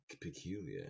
peculiar